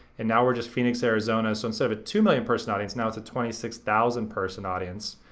and now we're just phoenix, arizona. so instead of a two million person audience, now it's a twenty six thousand person audience.